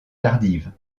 tardive